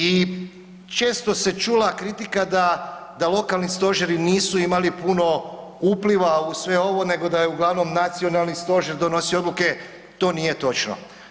I često se čula kritika da lokalni stožeri nisu imali puno upliva u sve ovo nego da je uglavnom nacionalni stožer donosio odluke, to nije točno.